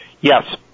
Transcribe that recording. Yes